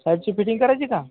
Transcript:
त्याची फिटिंग करायची का